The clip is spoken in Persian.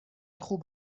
خوب